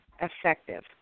effective